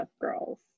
Girls